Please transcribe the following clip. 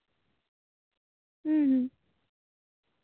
ᱦᱮᱸ ᱦᱮᱸ